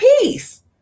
peace